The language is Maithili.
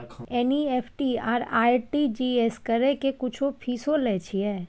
एन.ई.एफ.टी आ आर.टी.जी एस करै के कुछो फीसो लय छियै?